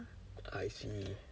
I see